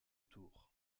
tour